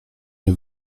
nie